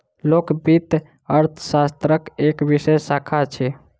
लोक वित्त अर्थशास्त्रक एक विशेष शाखा अछि